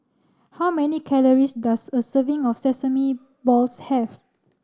how many calories does a serving of Sesame Balls have